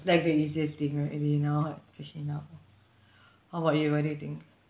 like the easiest thing already now especially now how about you what do you think